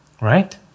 right